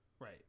right